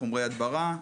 חומרי הדברה,